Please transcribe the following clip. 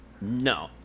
No